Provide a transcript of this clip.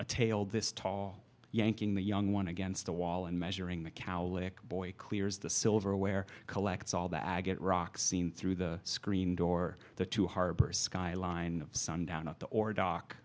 a tale this tall yanking the young one against the wall and measuring the cowlick boy clears the silverware collects all the agate rock seen through the screen door the two harbor skyline sundown up to or dock